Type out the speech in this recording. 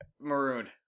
Marooned